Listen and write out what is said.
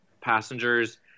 passengers